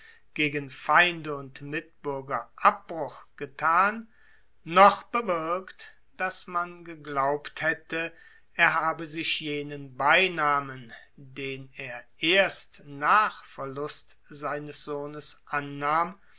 gegen feinde und mitbürger abbruch gethan noch bewirkt daß man geglaubt hätte er habe sich jenen beinamen den er nach verlust seines sohnes annahm